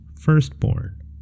firstborn